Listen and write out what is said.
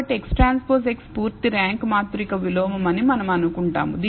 కాబట్టి XTX పూర్తి rank మాతృక విలోమమని మనం అనుకుంటాము